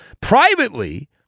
Privately